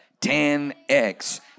10x